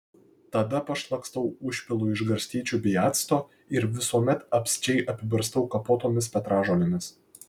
tada pašlakstau užpilu iš garstyčių bei acto ir visuomet apsčiai apibarstau kapotomis petražolėmis